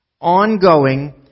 Ongoing